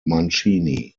mancini